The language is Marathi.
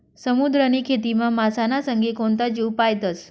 समुद्रनी खेतीमा मासाना संगे कोणता जीव पायतस?